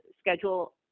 schedule